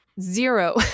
zero